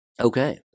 Okay